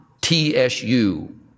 T-S-U